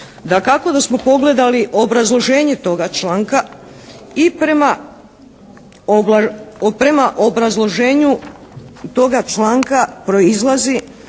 Dakako da smo pogledali obrazloženje toga članka i prema obrazloženju toga članka proizlazi